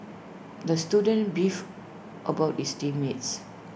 the student beefed about his team mates